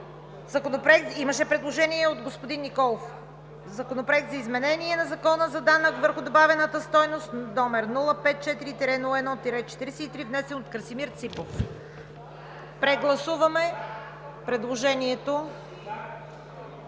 Законопроект за изменение на Закона за данък върху добавената стойност, № 054-01-43, внесен от Красимир Ципов. Гласували